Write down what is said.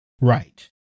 Right